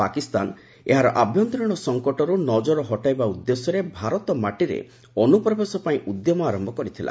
ପାକିସ୍ତାନ ଏହାର ଆଭ୍ୟନ୍ତରୀଣ ସଙ୍କଟରୁ ନଜର ହଟେଇବା ଉଦ୍ଦେଶ୍ୟରେ ଭାରତ ମାଟିରେ ଅନୁପ୍ରବେଶ ପାଇଁ ଉଦ୍ୟମ ଆର୍ୟ କରିଥିଲା